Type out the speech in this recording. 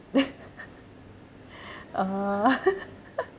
ah ah